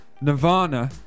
Nirvana